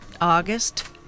August